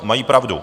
Mají pravdu.